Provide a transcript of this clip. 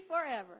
forever